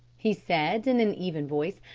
he said in an even voice,